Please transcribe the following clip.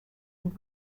und